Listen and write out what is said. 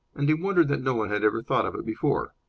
and he wondered that no one had ever thought of it before.